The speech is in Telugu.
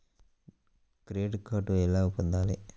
క్రెడిట్ కార్డు ఎలా పొందాలి?